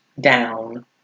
down